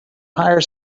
hire